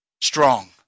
strong